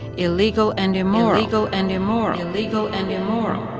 illegal and immoral. illegal and immoral. illegal and immoral.